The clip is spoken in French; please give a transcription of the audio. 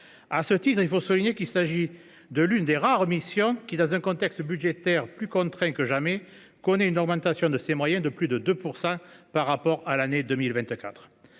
À ce titre, il faut souligner qu’il s’agit de l’une des rares missions qui, dans un contexte budgétaire plus contraint que jamais, connaît une augmentation de ses moyens de plus de 2 % par rapport à l’année 2024.